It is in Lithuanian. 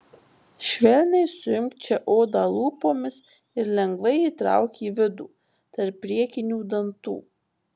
švelniai suimk čia odą lūpomis ir lengvai įtrauk į vidų tarp priekinių dantų